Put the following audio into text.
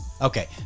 Okay